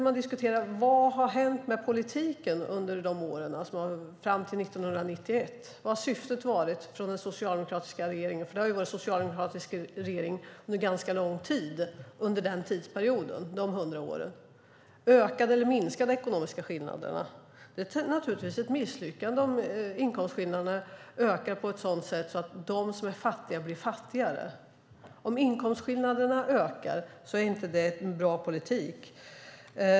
Vad har hänt med politiken under åren fram till 1991? Vad har syftet varit från de socialdemokratiska regeringarna? Det har ju varit socialdemokratiska regeringar under ganska lång tid under den tidsperioden på hundra år. Ökade eller minskade de ekonomiska skillnaderna? Det är ett misslyckande om inkomstskillnaderna ökar på ett sådant sätt att de som är fattiga blir fattigare. Om inkomstskillnaderna ökar är det inte en bra politik.